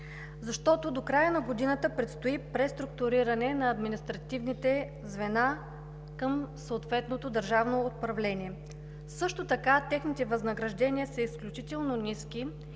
Хасково. До края на годината предстои преструктуриране на административните звена към съответното държавно управление. Също така, техните възнаграждения са изключително ниски